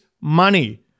money